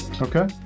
okay